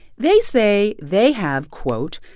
they say they have, quote,